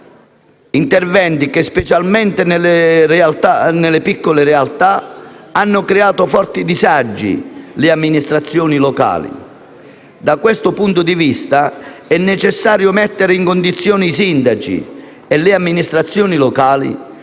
Interventi che, specialmente nelle piccole realtà, hanno creato forti disagi per le amministrazioni locali. Da questo punto di vista, è necessario mettere in condizione i sindaci e le amministrazioni locali